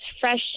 fresh